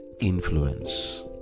Influence